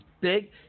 big